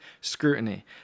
scrutiny